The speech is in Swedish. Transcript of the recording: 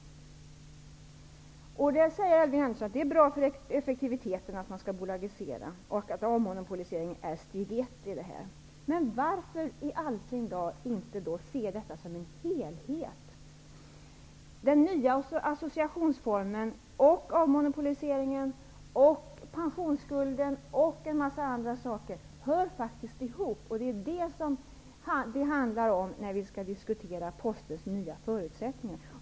Elving Andersson säger att det är bra för effektiviteten att bolagisera och att avmonopoliseringen är steg nr 1. Men varför i all sin dagar då inte se detta som en helhet? Den nya associationsformen, avmonopoliseringen, pensionsskulden och en mängd andra saker hör faktiskt ihop, och det är det som det handlar om när vi skall diskutera Postens nya förutsättningar.